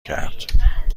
کرد